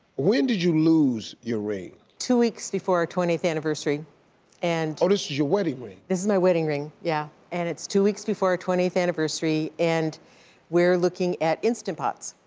when did you lose your ring? two weeks before our twenty fifth anniversary and oh this is your wedding ring? this is my wedding ring. yeah, and it's two weeks before our twenty fifth anniversary, and we are looking at instant pots,